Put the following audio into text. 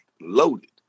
loaded